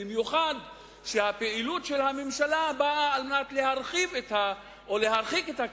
במיוחד כשהפעילות של הממשלה באה על מנת להרחיק את הקטבים